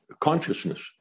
consciousness